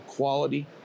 quality